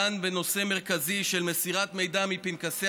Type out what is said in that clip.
דנה בנושא מרכזי של מסירת מידע מפנקסי